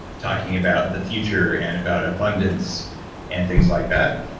talking about the future and about abundance and things like that,